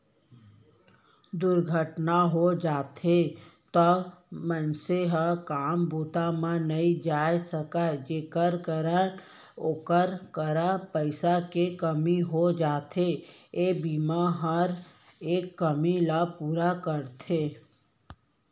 दुरघटना हो जाथे तौ मनसे ह काम बूता म नइ जाय सकय जेकर कारन ओकर करा पइसा के कमी हो जाथे, ए बीमा हर ए कमी ल पूरा करथे